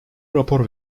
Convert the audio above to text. rapor